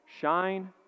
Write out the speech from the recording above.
shine